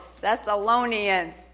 Thessalonians